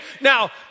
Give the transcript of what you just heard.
Now